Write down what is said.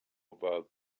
about